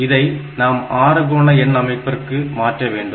இதை நாம் அறுகோண எண் அமைப்பிற்கு மாற்ற வேண்டும்